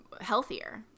healthier